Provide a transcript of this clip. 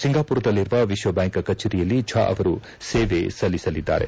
ಸಿಂಗಾಪುರದಲ್ಲಿರುವ ವಿಶ್ವಬ್ಯಾಂಕ್ ಕಚೇರಿಯಲ್ಲಿ ಜ್ವಾ ಅವರು ಸೇವೆ ಸಲ್ಲಿಸಲಿದ್ದಾರೆ